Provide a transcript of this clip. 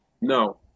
No